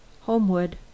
Homewood